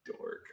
dork